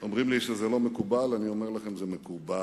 אומרים לי שזה לא מקובל, אני אומר לכם: זה מקובל,